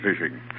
fishing